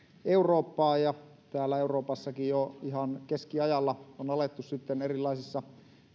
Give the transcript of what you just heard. eurooppaan ja täällä euroopassakin jo ihan keskiajalla on alettu sitten erilaisissa